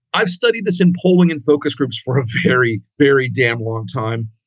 i've studied this in polling and focus groups for a very, very damn long time.